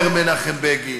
אומר מנחם בגין: